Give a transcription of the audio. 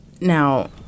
Now